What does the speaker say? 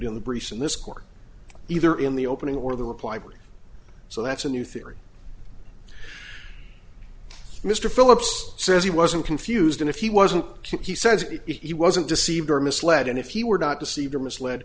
d in the briefs in this court either in the opening or the reply so that's a new theory mr phillips says he wasn't confused and if he wasn't he says he wasn't deceived or misled and if he were not deceived or misled